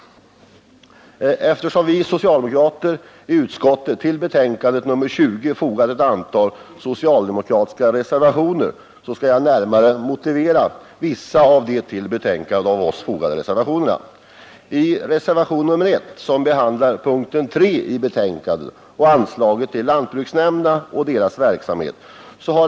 Eftersom vi socialdemokrater i utskottet till betänkandet nr 20 fogat ett antal reservationer, skall jag närmare motivera en del av dessa. Reservationen 1 vid punkten 3 i betänkandet behandlar anslaget till lantbruksnämnderna och deras verksamhet.